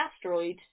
asteroid